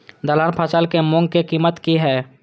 दलहन फसल के मूँग के कीमत की हय?